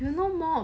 you will know more